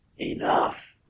Enough